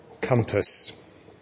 compass